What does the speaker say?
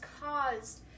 caused